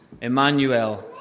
Emmanuel